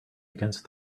against